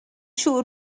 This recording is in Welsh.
siŵr